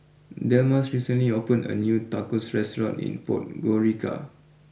Delmas recently opened a new Tacos restaurant in Podgorica